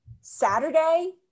saturday